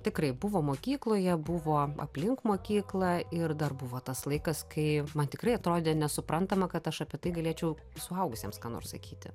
tikrai buvo mokykloje buvome aplink mokyklą ir dar buvo tas laikas kai man tikrai atrodė nesuprantama kad aš apie tai galėčiau suaugusiems ką nors sakyti